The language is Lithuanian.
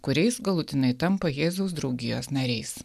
kuriais galutinai tampa jėzaus draugijos nariais